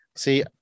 See